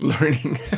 Learning